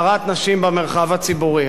איסור הדרת נשים במרחב ציבורי).